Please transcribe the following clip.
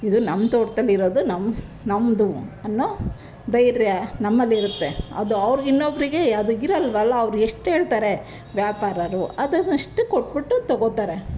ಇದು ನಮ್ಮ ತೋಟದಲ್ಲಿ ಇರೋದು ನಮ್ಮ ನಮ್ಮದು ಅನ್ನೋ ಧೈರ್ಯ ನಮ್ಮಲ್ಲಿರುತ್ತೆ ಅದು ಅವ್ರ್ಗೆ ಇನ್ನೊಬ್ಬರಿಗೆ ಅದು ಇರೋಲ್ವಲ್ಲ ಅವರು ಎಷ್ಟು ಹೇಳ್ತಾರೆ ವ್ಯಾಪಾರರು ಅದನ್ನ ಅಷ್ಟೇ ಕೊಟ್ಬಿಟ್ಟು ತೊಗೊಳ್ತಾರೆ